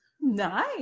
Nice